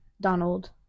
Donald